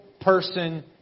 person